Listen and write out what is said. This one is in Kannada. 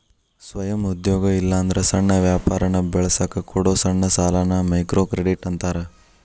ಸ್ವಯಂ ಉದ್ಯೋಗ ಇಲ್ಲಾಂದ್ರ ಸಣ್ಣ ವ್ಯಾಪಾರನ ಬೆಳಸಕ ಕೊಡೊ ಸಣ್ಣ ಸಾಲಾನ ಮೈಕ್ರೋಕ್ರೆಡಿಟ್ ಅಂತಾರ